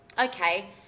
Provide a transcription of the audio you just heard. okay